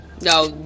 No